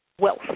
wealth